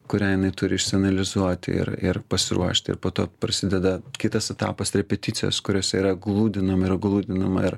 kurią jinai turi išsianalizuoti ir ir pasiruošti ir po to prasideda kitas etapas repeticijos kuriose yra gludinama yra gludinama ir